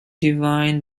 divine